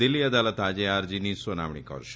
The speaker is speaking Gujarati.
દિલ્હી અદાલત આજે આ અરજીની સુનાવણી કરશે